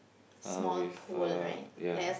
uh with uh ya